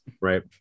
right